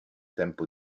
tempo